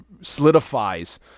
solidifies